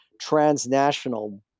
transnational